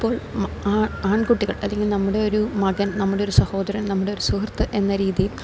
അപ്പോൾ ആൺകുട്ടികൾ അല്ലെങ്കിൽ നമ്മുടെ ഒരു മകൻ നമ്മുടെയൊരു സഹോദരൻ നമ്മുടെ ഒരു സുഹൃത്ത് എന്ന രീതിൽ